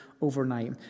overnight